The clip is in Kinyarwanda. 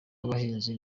abahinzi